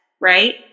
Right